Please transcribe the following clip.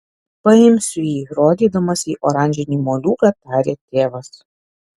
paimsiu jį rodydamas į oranžinį moliūgą tarė tėvas